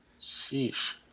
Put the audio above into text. Sheesh